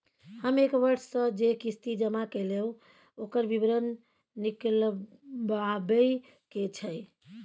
हम एक वर्ष स जे किस्ती जमा कैलौ, ओकर विवरण निकलवाबे के छै?